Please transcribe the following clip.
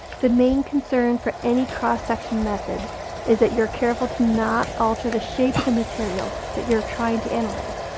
the main concern for any cross-section method is that you are careful to not alter the shape of the material that you are trying to analyze,